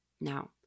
Now